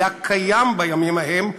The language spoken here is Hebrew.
היה קיים בימים ההם,